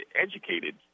educated